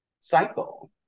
cycle